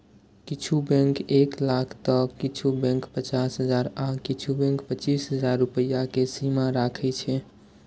किछु बैंक एक लाख तं किछु बैंक पचास हजार आ किछु बैंक पच्चीस हजार रुपैया के सीमा राखै छै